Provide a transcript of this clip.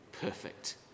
perfect